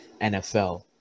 NFL